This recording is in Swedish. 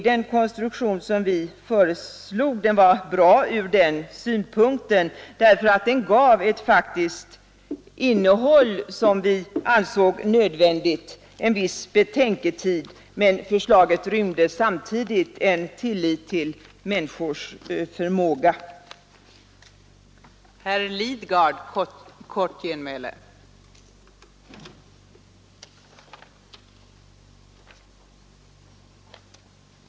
Den konstruktion som vi föreslog var bra från den synpunkten, därför att den gav ett faktiskt innehåll som vi ansåg nödvändigt, en viss betänketid, samtidigt som förslaget rymde tillit till människors förmåga att själva klara upp sin situation.